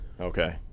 Okay